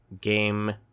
game